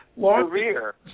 career